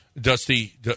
Dusty